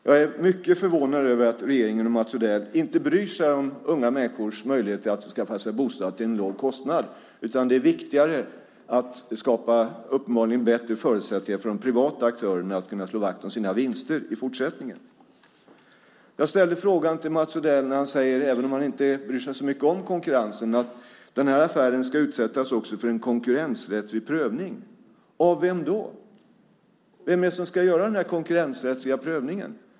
Jag är mycket förvånad över att regeringen och Mats Odell inte bryr sig om unga människors möjligheter att skaffa sig bostad till låg kostnad. I stället verkar det vara viktigare att skapa bättre förutsättningar för att de privata aktörerna ska kunna slå vakt om sina vinster i fortsättningen. Även om Mats Odell inte bryr sig så mycket om konkurrensen säger han att affären även ska utsättas för en konkurrensrättslig prövning. Av vem då? Vem är det som ska göra den konkurrensrättsliga prövningen?